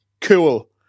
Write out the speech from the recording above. cool